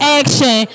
action